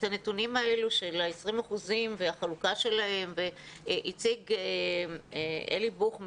את הנתונים האלה של ה-20% והחלוקה שלהם הציג אלי בוך,